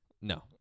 No